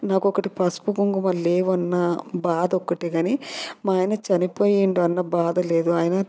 నాకు ఒకటి పసుపు కుంకుమ లేవన్న బాధ ఒకటే కాని మా ఆయన చనిపోయిండు అన్న బాధ లేదు ఆయన